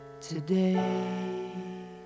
today